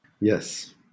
Yes